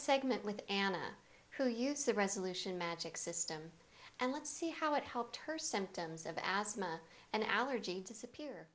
segment with anna who use the resolution magic system and let's see how it helped her symptoms of asthma and allergy disappear